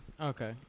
Okay